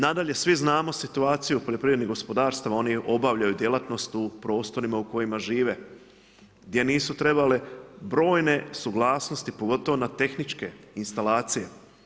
Nadalje, svi znamo situaciju poljoprivrednih gospodarstava, oni obavljaju djelatnost u prostorima u kojima žive, gdje nisu trebale brojne suglasnosti pogotovo na tehničke instalacije.